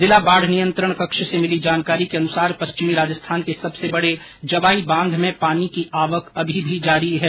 जिला बाढ़ नियंत्रण कक्ष से मिली जानकारी के अनुसार पश्चिमी राजस्थान के सबसे बड़े जवाई बांध में पानी की आवक अभी भी जारी है